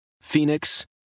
Phoenix